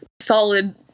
solid